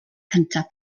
cyntaf